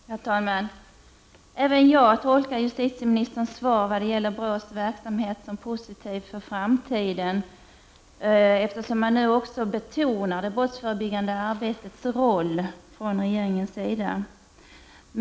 Herr talman! Även jag tolkar justitieministerns svar positivt för framtiden, eftersom man nu också betonar det brottsförebyggande arbetets roll från regeringens sida.